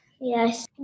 Yes